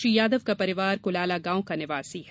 श्री यादव का परिवार कुलाला गॉव का निवासी है